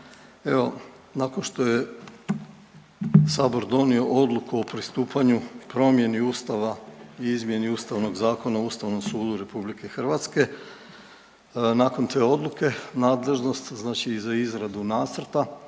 Evo nakon što je Sabor donio Odluku o pristupanju i promjeni Ustava i izmjeni Ustavnog zakona o Ustavom sudu RH nakon te odluke nadležnost za izradu nacrta